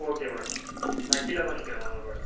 okay madam நான் கீழேதான் நிற்குறன் வாங்க மேடம்